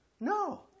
No